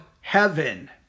heaven